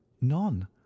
none